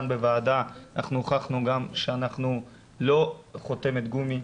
בוועדה אנחנו הוכחנו גם שאנחנו לא חותמת גומי,